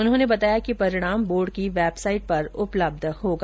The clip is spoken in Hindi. उन्होंने बताया कि परिणाम बोर्ड की वेबसाइट पर उपलब्ध होगा